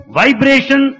vibration